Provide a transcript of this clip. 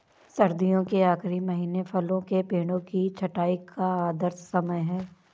सर्दियों के आखिरी महीने फलों के पेड़ों की छंटाई का आदर्श समय है